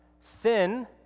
sin